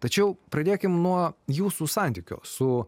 tačiau pradėkim nuo jūsų santykio su